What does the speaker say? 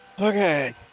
Okay